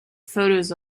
photos